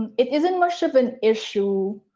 and it isn't much of an issue.